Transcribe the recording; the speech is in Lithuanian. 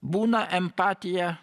būna empatija